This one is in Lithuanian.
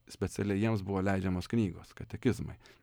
specialiai jiems buvo leidžiamos knygos katekizmai